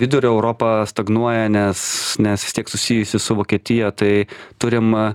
vidurio europa stagnuoja nes nes vis tiek susijusi su vokietija tai turim